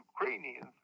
Ukrainians